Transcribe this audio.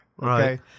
Right